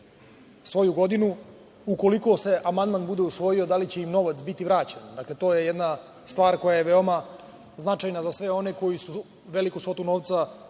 svoju godinu, ukoliko se amandman bude usvojio, da li će im novac biti vraćen. Dakle, to je jedna stvar koja je veoma značajna za sve koji su veliku svotu novca